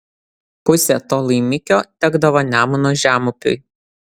pusė to laimikio tekdavo nemuno žemupiui